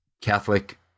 Catholic